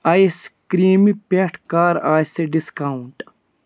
آیِس کرٛیٖمہِ پٮ۪ٹھ کَر آسہِ ڈِسکاوُنٛٹ